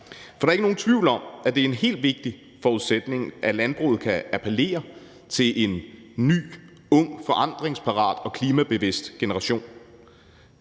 For der er ikke nogen tvivl om, at det er en meget vigtig forudsætning, at landbruget kan appellere til en ny, ung, forandringsparat og klimabevidst generation.